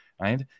right